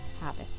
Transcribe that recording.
habit